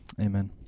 amen